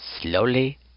slowly